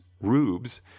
rubes